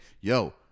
Yo